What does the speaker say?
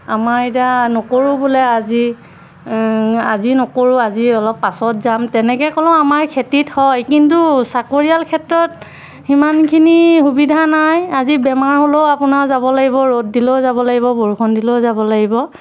আমাৰ এতিয়া নকৰোঁ বোলে আজি আজি নকৰোঁ আজি অলপ পাছত যাম তেনেকৈ ক'লেও আমাৰ খেতিত হয় কিন্তু চাকৰিয়াল ক্ষেত্ৰত সিমানখিনি সুবিধা নাই আজি বেমাৰ হ'লেও আপোনাৰ যাব লাগিব ৰ'দ দিলেও যাব লাগিব বৰষুণ দিলেও যাব লাগিব